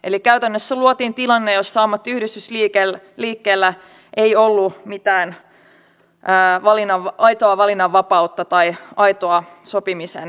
eli käytännössä luotiin tilanne jossa ammattiyhdistysliikkeellä ei ollut mitään aitoa valinnanvapautta tai aitoa sopimisen vapautta